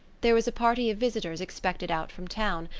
there was a party of visitors expected out from town,